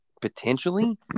potentially